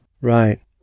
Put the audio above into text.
Right